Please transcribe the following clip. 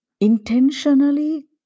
intentionally